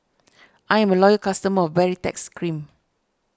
I'm a loyal customer of Baritex Cream